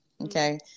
okay